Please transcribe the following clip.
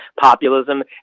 populism